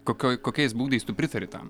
kokioj kokiais būdais tu pritari tam